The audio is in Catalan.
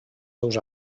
seus